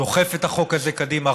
דוחף את החוק הזה קדימה,